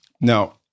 Now